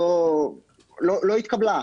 לא התקבלה.